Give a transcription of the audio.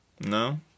No